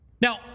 Now